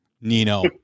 Nino